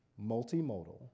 multimodal